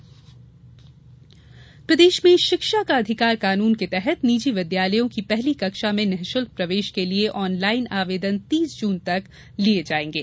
निःशुल्क प्रवेश प्रदेश में शिक्षा का अधिकार कानून के तहत निजी विद्यालयों की पहली कक्षा में निःशुल्क प्रवेश के लिये ऑनलाईन आवेदन तीस जून तक लिये जायेंगे